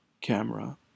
camera